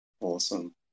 Awesome